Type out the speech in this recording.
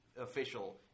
official